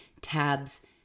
tabs